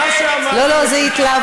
מה שאמרתי, לא לא, זה התלהבות.